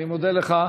הממשלה, כרשות מבצעת,